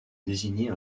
désigner